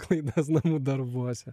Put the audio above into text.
klaidas namų darbuose